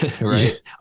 right